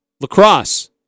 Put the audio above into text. lacrosse